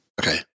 okay